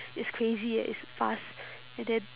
it's crazy eh it's fast and then